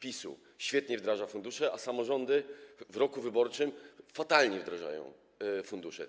PiS świetnie wdraża fundusze, a samorządy w roku wyborczym fatalnie wdrażają fundusze.